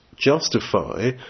justify